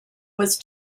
was